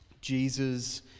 Jesus